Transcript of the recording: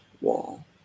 Wall